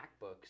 MacBooks